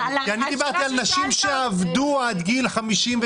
אני דיברתי על נשים שעבדו עד גיל 57,